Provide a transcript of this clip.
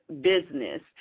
Business